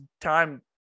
time